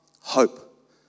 hope